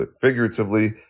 figuratively